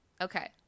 Okay